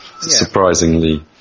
surprisingly